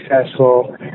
successful